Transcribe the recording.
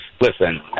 listen